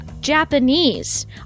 japanese